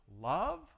love